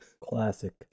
Classic